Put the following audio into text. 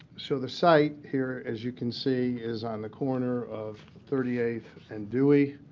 so the site here, as you can see, is on the corner of thirty eighth and dewey.